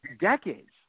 decades